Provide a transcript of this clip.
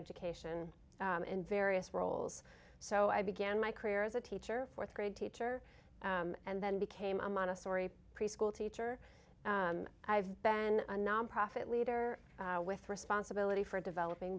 education in various roles so i began my career as a teacher fourth grade teacher and then became a montessori preschool teacher i've been a nonprofit leader with responsibility for developing